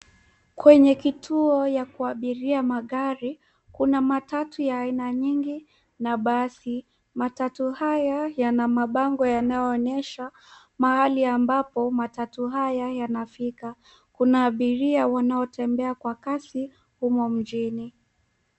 Kwenye kituo ya kuabiria magari, kuna matatu ya aina nyingi na basi. Matatu haya yana mabango yanayoonyesha mahali ambapo matatu haya yanafika. Kuna abiria wanaotembea kwa kasi humo mjini.